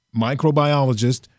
microbiologist